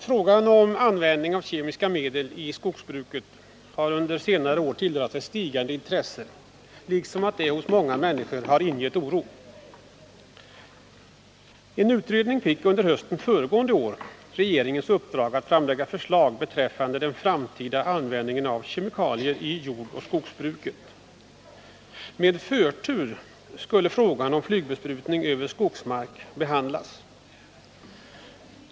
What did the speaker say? Fru talman! Frågan om användning av kemiska medel i skogsbruket har under senare år tilldragit sig stigande intresse, och den har hos många människor ingett oro. En utredning fick under hösten föregående år regeringens uppdrag att framlägga förslag beträffande den framtida användningen av kemikalier i jordoch skogsbruket. Med förtur skulle frågan om flygbesprutning över skogsmark behandlas.